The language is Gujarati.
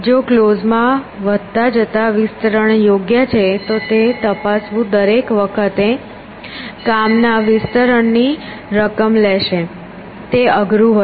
જો ક્લોઝમાં વધતા જતા વિસ્તરણ યોગ્ય છે તો તે તપાસવું દરેક વખતે કામના વિસ્તરણની રકમ લેશે તે અઘરું હશે